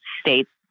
States